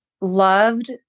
loved